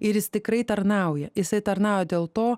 ir jis tikrai tarnauja jisai tarnauja dėl to